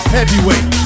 Heavyweight